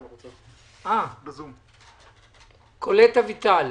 בבקשה, קולט אביטל.